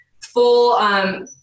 full –